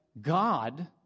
God